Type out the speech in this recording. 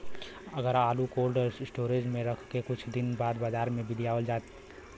अगर आलू cold storage में रख के कुछ दिन बाद बाजार में लियावल जा?